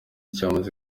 cyamaze